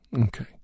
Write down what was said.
Okay